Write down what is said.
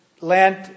Lent